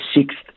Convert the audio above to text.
sixth